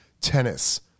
Tennis